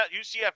UCF